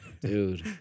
Dude